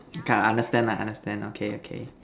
okay I understand I understand okay okay